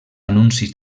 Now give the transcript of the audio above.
anuncis